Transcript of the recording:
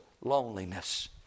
loneliness